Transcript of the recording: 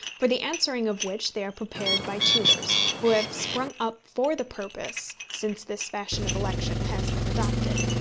for the answering of which they are prepared by tutors, who have sprung up for the purpose since this fashion of election has been adopted.